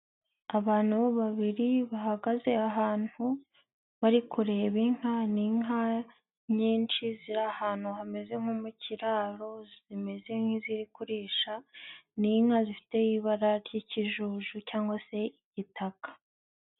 Abantu babiri bahagaze ahantu bari kureba inka n'inka nyinshi ziri ahantu hameze nko mukiraro zimeze nk'izi kurisha, ni inka zifite ibara ry'ikijuju cyangwa se igitaka.